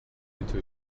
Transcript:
into